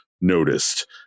noticed